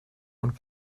und